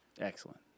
excellent